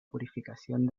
purificación